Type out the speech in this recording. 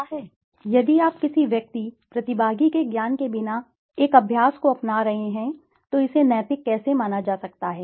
वैसे मैं अभी भी नहीं कहूंगा क्योंकि यदि आप किसी व्यक्ति प्रतिभागी के ज्ञान के बिना एक अभ्यास को अपना रहे हैं तो इसे नैतिक कैसे माना जा सकता है